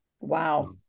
Wow